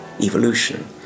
evolution